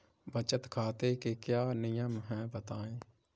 बचत खाते के क्या नियम हैं बताएँ?